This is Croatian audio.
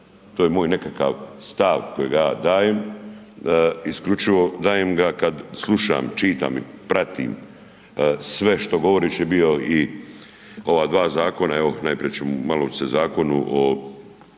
To je moj nekakav stav kojega ja dajem. Isključivo dajem ga kad slušam, čitam i pratim sve što govoriš je bio i ova dva zakona, evo najprije ću malo ću se Zakonu o